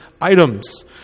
items